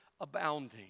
Abounding